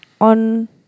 on